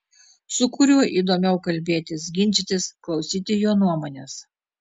su kuriuo įdomu kalbėtis ginčytis klausyti jo nuomonės